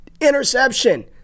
Interception